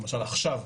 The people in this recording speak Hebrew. למשל עכשיו,